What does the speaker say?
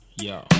Yo